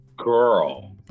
Girl